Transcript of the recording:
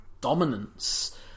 dominance